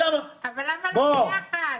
למה לא ביחד?